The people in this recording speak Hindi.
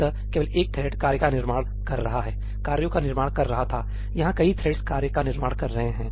अतः केवल एक थ्रेड्कार्य का निर्माण कर रहा था कार्यों का निर्माण कर रहा थायहां कई थ्रेड्स कार्य का निर्माण कर रहे हैं